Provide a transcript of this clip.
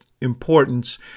importance